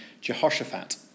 Jehoshaphat